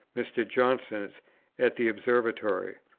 mr. johnson's, at the observatory.